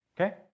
Okay